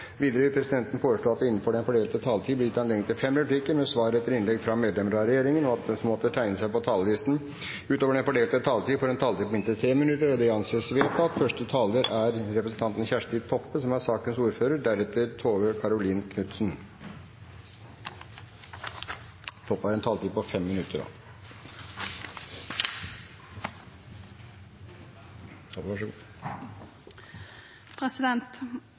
Videre vil presidenten foreslå at det blir gitt anledning til fem replikker med svar etter innlegg fra medlemmer av regjeringen innenfor den fordelte taletid, og at de som måtte tegne seg på talerlisten utover den fordelte taletid, får en taletid på inntil 3 minutter. – Det anses vedtatt. SV er, slik jeg oppfatter det, på